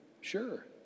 Sure